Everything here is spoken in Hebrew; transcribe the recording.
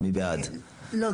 מי בעד קבלת